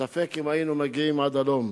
ספק אם היינו מגיעים עד הלום.